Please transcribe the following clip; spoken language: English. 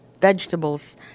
vegetables